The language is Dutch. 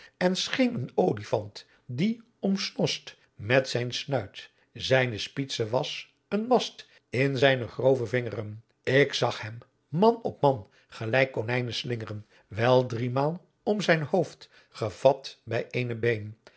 en scheen een olyfant die omsnost met zijn snuit zijn spietse was een mast in zijne grove vingeren ick zagh hem man op man gelijck konijnen slingeren wel driemael om zijn hooft gevat bij t eene been